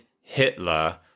Hitler